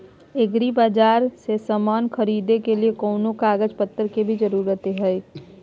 एग्रीबाजार से समान खरीदे के लिए कोनो कागज पतर के भी जरूरत लगो है?